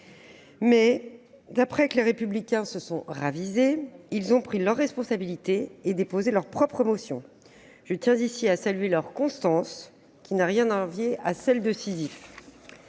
Mais, après que Les Républicains se sont ravisés, ils ont pris leurs responsabilités et déposé leur propre motion. Je tiens ici à saluer leur constance, qui n'a rien à envier à celle de Sisyphe.